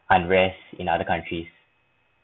unrest in other countries